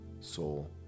soul